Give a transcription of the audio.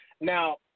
Now